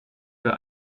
für